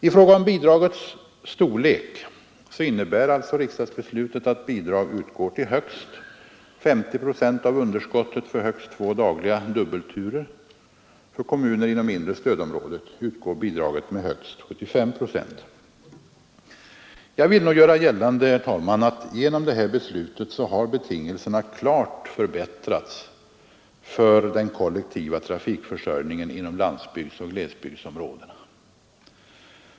I fråga om bidragets storlek innebär alltså riksdagsbeslutet att bidrag utgår med högst 50 procent av underskottet för högst två dagliga dubbelturer. För kommuner inom inre stödområdet utgår bidraget med högst 75 procent. Jag vill nog göra gällande, herr talman, att genom det beslutet har betingelserna klart förbättrats för den lokala trafikförsörjningen inom landsbygdsoch glesbygdsområdena.